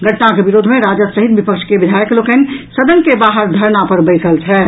घटनाक विरोध में राजद सहित विपक्ष के विधायक लोकनि सदन के बाहर धरना पर बैसल छथि